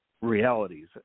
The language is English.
realities